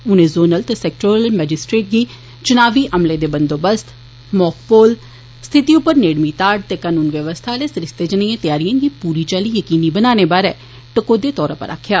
उनें जोनल ते sectoral magistrates गी चुनावी अमलें दे बंदोवस्त माकपोल स्थिति उप्पर नेड़मी ताड़ ते कनून व्यवस्था आले सरिस्तें जनेहियें तैयारियें गी पूरी चाल्ली यकीनी बनाने बारै टकोहदे तौरे उप्पर आक्खेआ